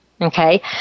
okay